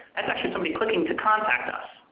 that's actually somebody clicking to contact us.